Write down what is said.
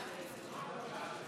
הרכב ועדות הכנסת נתקבלה.